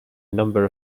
number